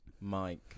Mike